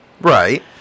Right